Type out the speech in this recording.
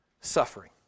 suffering